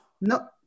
No